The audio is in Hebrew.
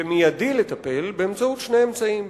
ומיידי לטפל, באמצעות שני אמצעים: